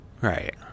Right